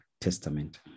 Testament